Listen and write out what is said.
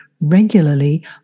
regularly